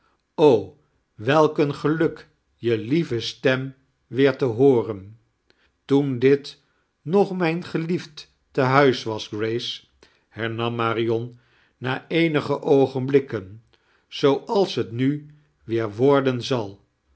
ik een geluk je lievie stem weer te hoiorein toen dtilt mog mijn geliiefd tehuis wasi grace hemnam marilon na eenige oogen blik ke i zooals het niu weer wiorden zal